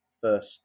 first